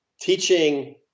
teaching